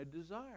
desire